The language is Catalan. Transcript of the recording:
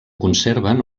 conserven